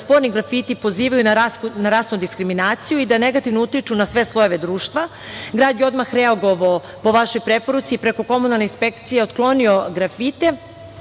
da sporni grafiti pozivaju na rasnu diskriminaciju i da negativno utiču na sve slojeve društva. Grad je odmah reagovao po vašoj preporuci i preko komunalne inspekcije otklonio grafite. Upravo